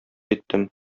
иттем